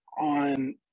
on